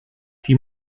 die